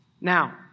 Now